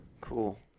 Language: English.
Cool